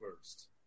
First